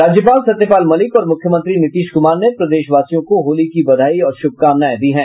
राज्यपाल सत्यपाल मलिक और मुख्यमंत्री नीतीश कुमार ने प्रदेशवासियों को होली की बधाई और शुभकामनाएं दी है